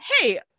hey